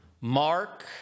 Mark